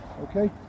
Okay